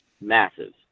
Massive